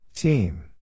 Team